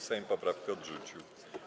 Sejm poprawkę odrzucił.